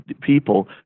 people